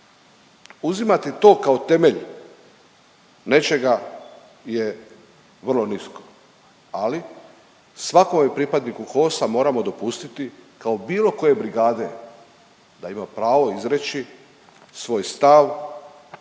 Uzimati to kao temelj nečega je vrlo nisko, ali svakome pripadniku HOS-a moramo dopustiti kao bilo koje brigade da ima pravo izreći svoj stav